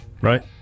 right